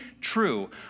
true